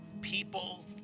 people